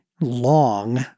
long